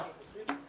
אני